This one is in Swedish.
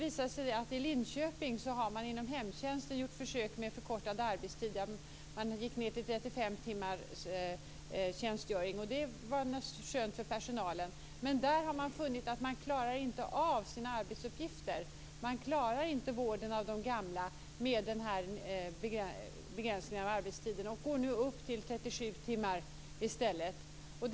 I Linköping har man inom hemtjänsten gjort försök med förkortad arbetstid. Man gick ned till 35 timmars tjänstgöring per vecka, och det var naturligtvis skönt för personalen. Men man klarade inte av sina arbetsuppgifter. Man klarade inte vården av de gamla med denna begränsning av arbetstiden. Så nu går man i stället upp till 37 timmar per vecka.